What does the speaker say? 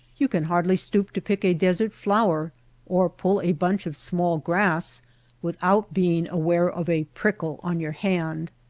you can hardly stoop to pick a desert flower or pull a bunch of small grass without being aware of a prickle on your hand.